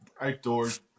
outdoors